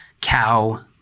cow